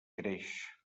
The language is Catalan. creix